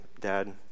Dad